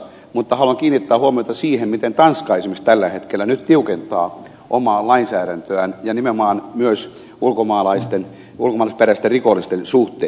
mutta haluan kiinnittää huomiota siihen miten esimerkiksi tanska tällä hetkellä tiukentaa omaa lainsäädäntöään ja nimenomaan myös ulkomaalaisperäisten rikollisten suhteen